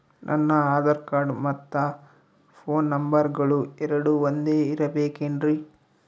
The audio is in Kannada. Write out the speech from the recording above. ನನ್ನ ಆಧಾರ್ ಕಾರ್ಡ್ ಮತ್ತ ಪೋನ್ ನಂಬರಗಳು ಎರಡು ಒಂದೆ ಇರಬೇಕಿನ್ರಿ?